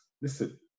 listen